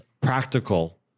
practical